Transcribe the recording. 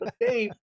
Dave